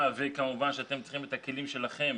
כמובן שאתם צריכים את הכלים שלכם